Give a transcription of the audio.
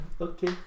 Okay